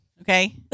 Okay